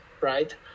right